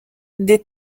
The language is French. des